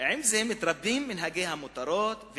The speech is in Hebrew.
זה מתרבים מנהגי המותרות,